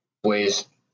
Pues